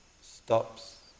stops